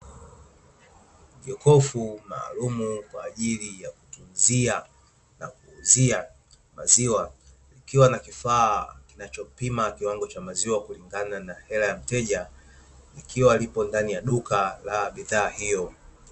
Jokofu maalumu kwa ajili ya kutunzia na kuuzia maziwa, likiwa na kifaa kinachopima kiwango cha maziwa kutokana na hela ya mteja; likiwa lipo ndani ya duka la bidhaa hiyo.